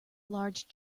large